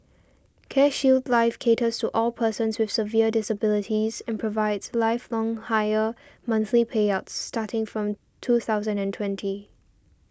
CareShield Life caters so all persons with severe disabilities and provides lifelong higher monthly payouts starting from two thousand and twenty